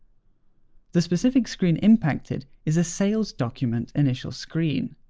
the specific screen impacted is a sales document initial screen.